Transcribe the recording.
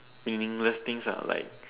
meaningless things ah like